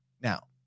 Now